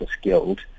skilled